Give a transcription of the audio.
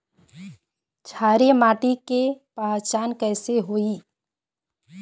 क्षारीय माटी के पहचान कैसे होई?